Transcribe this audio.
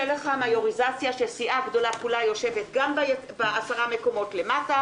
לך מג'וריזציה שסיעה גדולה כולה יושבת גם בעשרה מקומות למטה,